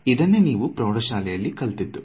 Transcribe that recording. ಇದನ್ನೇ ನೀವು ನಿಮ್ಮ ಪ್ರೌಢ ಶಾಲೆಯಲ್ಲಿ ಕಲಿತದ್ದು